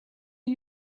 are